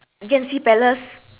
yan xi palace